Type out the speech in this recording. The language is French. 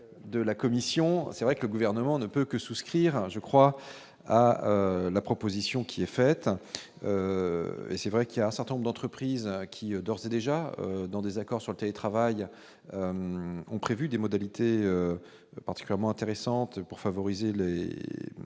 de la Commission, c'est vrai que le gouvernement ne peut que souscrire je crois à la proposition qui est faite, et c'est vrai qu'il y a un certain nombre d'entreprises qui, d'ores et déjà dans des accords sur le télétravail ont prévu des modalités particulièrement intéressante pour favoriser l'et